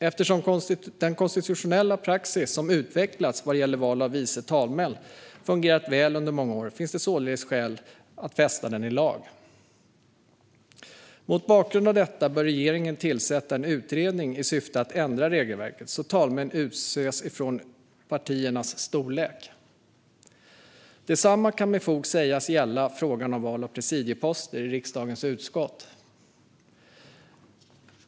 Eftersom den konstitutionella praxis som utvecklats vad gäller val av vice talmän fungerat väl under många år finns således skäl att fästa den i lag. Mot bakgrund av detta bör riksdagsstyrelsen tillsätta en utredning i syfte att ändra regelverket, så att talmän utses utifrån partiernas storlek. Detsamma kan med fog sägas gälla frågan om val av presidieposter i riksdagens utskott.